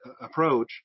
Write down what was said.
approach